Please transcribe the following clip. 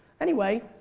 anyway